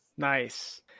Nice